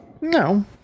No